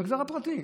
המגזר הפרטי.